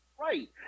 right